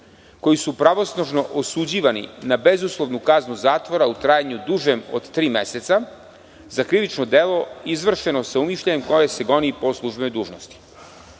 koji su pravosnažno osuđivani na bezuslovnu kaznu zatvora u trajanju dužem od tri meseca za krivično delo izvršeno sa umišljajem, koje se goni po službenoj